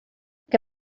que